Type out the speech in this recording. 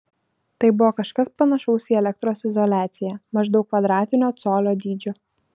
tai buvo kažkas panašaus į elektros izoliaciją maždaug kvadratinio colio dydžio